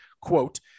quote